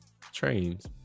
trains